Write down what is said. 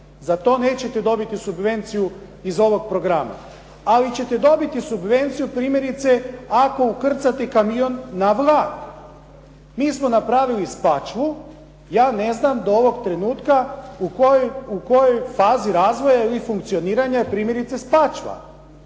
Za to nećete dobiti subvenciju iz ovog programa. Ali ćete dobiti subvenciju primjerice ako ukrcate kamion na vlak. Mi smo napravili Spačvu, ja ne znam do ovog trenutka u kojoj fazi razvoja ili funkcioniranja je primjerice Spačva.